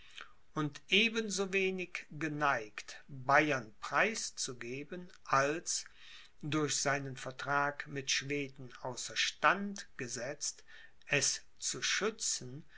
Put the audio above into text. und eben so wenig geneigt bayern preiszugeben als durch seinen vertrag mit schweden außer stand gesetzt es zu schützen